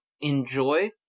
enjoy